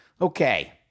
Okay